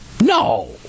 No